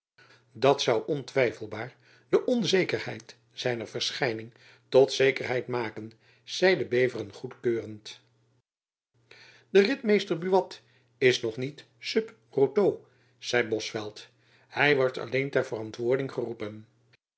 dat zoû ontwijfelbaar de onzekerheid zijner verschijning tot zekerheid maken zeide beveren goedkeurend de ritmeester buat is nog niet sub reatu zeide bosveldt hy wordt alleen ter verantwoording geroepen